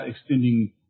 extending